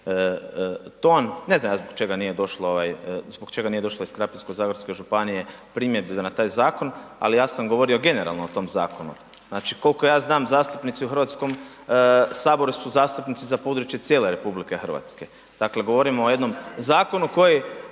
došlo ovaj, zbog čega nije došlo iz Krapinsko-zagorske županije primjedbi na taj zakon, ali ja sam govorio generalno o tom zakonu. Znači koliko ja znam zastupnici u Hrvatskom saboru su zastupnici za područje cijele RH. Dakle, govorimo o jednom zakonu koji,